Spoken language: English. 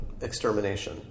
extermination